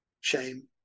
shame